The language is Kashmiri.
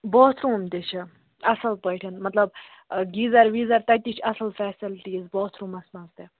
باتھ روٗم تہِ چھِ اَصٕل پٲٹھۍ مطلب گیٖزَر ویٖزَر تَتہِ تہِ چھِ اَصٕل فیسَلٹیٖز باتھ روٗمَس منٛز تہِ